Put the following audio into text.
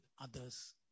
others